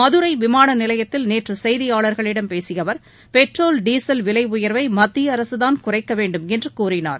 மதுரைவிமானநிலையத்தில் நேற்றுசெய்தியாளர்களிடம் பேசியஅவர் petrol diesel விலைஉயர்வைமத்தியஅரசுதான் குறைக்கவேண்டுமென்றுகூறினார்